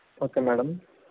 okay madam